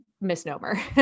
misnomer